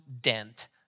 dent